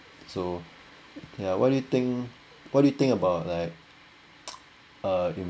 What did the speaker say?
so ya what do you think what do you think about like uh